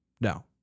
No